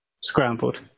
scrambled